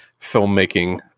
filmmaking